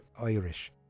Irish